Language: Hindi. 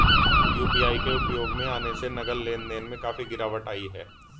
यू.पी.आई के उपयोग में आने से नगद लेन देन में काफी गिरावट आई हैं